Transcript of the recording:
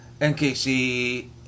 NKC